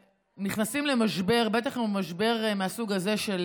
כשנכנסים למשבר, בטח אם הוא משבר מהסוג הזה של